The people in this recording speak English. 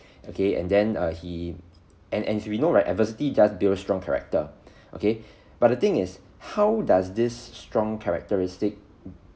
okay and then err he and and we know right adversity does build strong character okay but the thing is how does this strong characteristic